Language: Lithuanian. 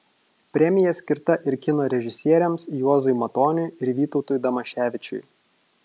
premija skirta ir kino režisieriams juozui matoniui ir vytautui damaševičiui